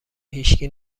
هیشکی